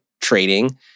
trading